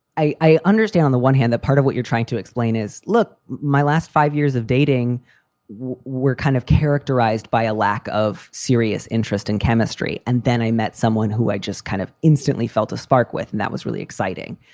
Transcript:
i i understand on the one hand that part of what you're trying to explain is, look, my last five years of dating were kind of characterized by a lack of serious interest in chemistry. and then i met someone who i just kind of instantly felt a spark with, and that was really exciting.